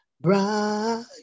bright